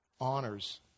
honors